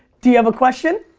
do you have a question?